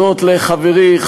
קודם כול לשר נפתלי בנט,